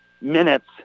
minutes